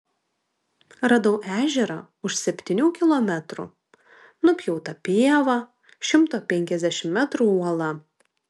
radau ežerą už septynių kilometrų nupjauta pieva šimto penkiasdešimt metrų uola